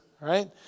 right